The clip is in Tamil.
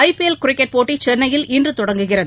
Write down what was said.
ஐ பி எல் கிரிக்கெட் போட்டி சென்னையில் இன்று தொடங்குகிறது